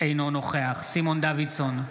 אינו נוכח סימון דוידסון,